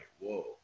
Whoa